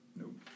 nope